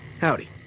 howdy